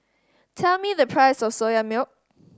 tell me the price of Soya Milk